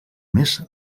més